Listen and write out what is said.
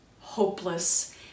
hopeless